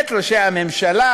את שרי הממשלה,